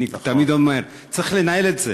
אני תמיד אומר, צריך לנהל את זה.